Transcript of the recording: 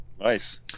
Nice